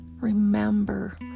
Remember